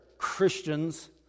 christians